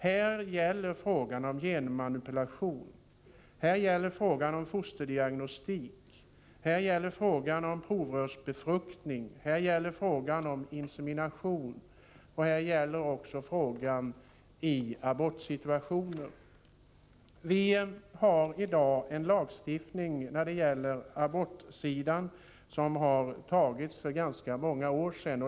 Det gäller genmanipulation, fosterdiagnostik, provrörsbefruktning, insemination och abortsituationer. Vi har i dag när det gäller abortsidan en lagstiftning som har antagits för ganska många år sedan.